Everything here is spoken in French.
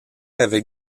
avec